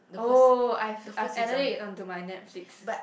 oh I've I've added it onto my Netflix